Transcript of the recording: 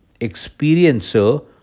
experiencer